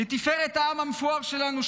לתפארת העם המפואר שלנו.